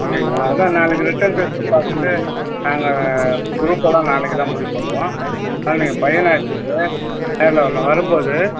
அப்படீங்களா அதான் நாளைக்கு ரிட்டன் டெஸ்ட்டு பார்த்துட்டு நாங்கள் குரூப்பெல்லாம் நாளைக்கு தான் முடிவு பண்ணுவோம் அதான் நீங்கள் பையனை அழைச்சிட்டு நேரில் வரணும் வரும்போது